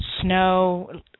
snow